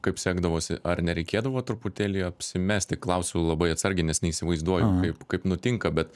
kaip sekdavosi ar nereikėdavo truputėlį apsimesti klausiu labai atsargiai nes neįsivaizduoju kaip kaip nutinka bet